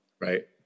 Right